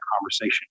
conversation